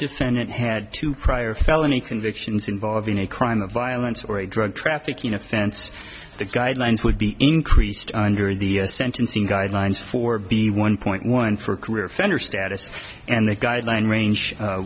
defendant had two prior felony convictions involving a crime of violence or a drug trafficking offense the guidelines would be increased under the sentencing guidelines for b one point one for career offender status and the guideline range